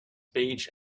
beige